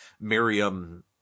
Miriam